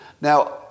Now